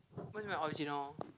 what do you mean original